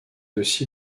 aussi